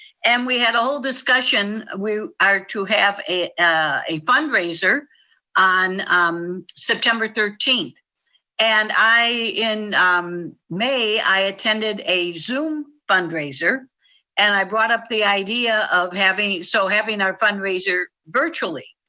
and we had a whole discussion. we are to have a a fundraiser on september thirteenth and i in may, i attended a zoom fundraiser and i brought up the idea of having so having our fundraiser virtually.